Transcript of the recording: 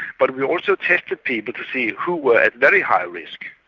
but we also tested people to see who were at very high risk,